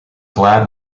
glad